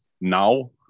Now